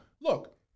look